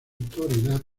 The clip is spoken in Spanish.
autoridad